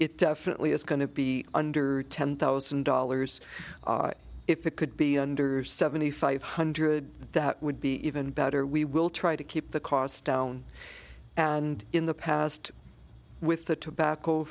it definitely is going to be under ten thousand dollars if it could be under seventy five hundred that would be even better we will try to keep the costs down and in the past with the tobacco